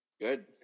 Good